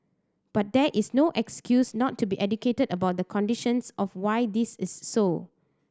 but that is no excuse not to be educated about the conditions of why this is so